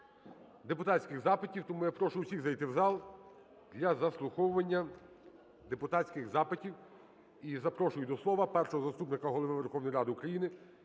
до слова Першого заступника Голови Верховної Ради України